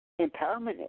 empowerment